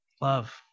love